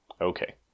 Okay